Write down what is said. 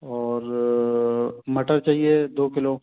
और मटर चाहिए दो किलो